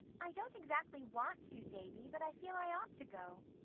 i don't exactly want to, davy, but i feel i ought to go.